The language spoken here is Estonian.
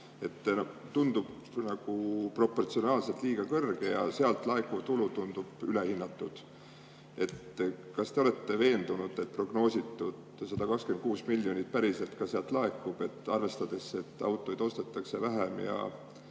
tundub nagu proportsionaalselt liiga kõrge ja sealt laekuv tulu tundub ülehinnatud. Kas te olete veendunud, et prognoositud 126 miljonit päriselt ka sealt laekub, arvestades, et autosid ostetakse vähem ja